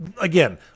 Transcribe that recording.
Again